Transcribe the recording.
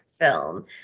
film